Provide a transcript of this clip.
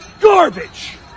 Garbage